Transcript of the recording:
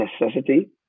necessity